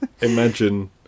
imagine